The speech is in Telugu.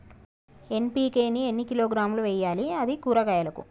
ఎన్.పి.కే ని ఎన్ని కిలోగ్రాములు వెయ్యాలి? అది కూరగాయలకు?